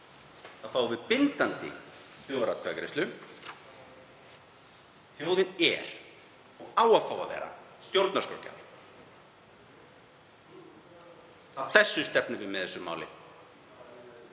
þá fáum við bindandi þjóðaratkvæðagreiðslu. Þjóðin er og á að fá að vera stjórnarskrárgjafinn. Að því stefnum við með þessu máli.